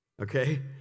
okay